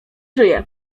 żyje